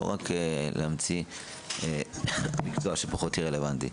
לא רק להמציא מקצוע שיהיה פחות רלוונטי.